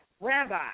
Rabbi